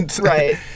Right